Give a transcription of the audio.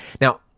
Now